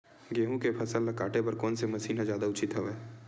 गेहूं के फसल ल काटे बर कोन से मशीन ह जादा उचित हवय?